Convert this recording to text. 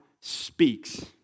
speaks